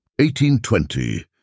1820